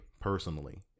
personally